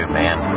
man